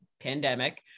pandemic